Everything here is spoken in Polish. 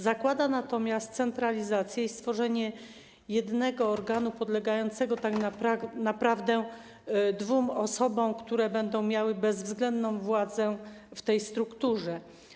Zakłada natomiast centralizację i stworzenie jednego organu podlegającego tak naprawdę dwóm osobom, które będą miały bezwzględną władzę w tej strukturze.